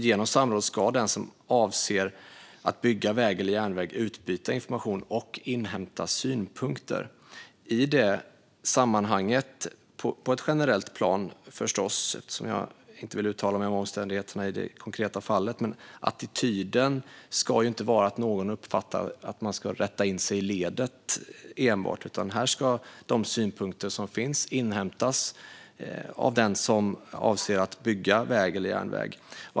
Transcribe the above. Genom samråd ska den som avser att bygga väg eller järnväg utbyta information och inhämta synpunkter. I det sammanhanget ska attityden - på ett generellt plan, förstås, eftersom jag inte vill uttala mig om omständigheterna i det konkreta fallet - inte vara sådan att någon uppfattar det som att man ska rätta in sig i ledet, utan här ska de synpunkter som finns inhämtas av den som avser att bygga väg eller järnväg.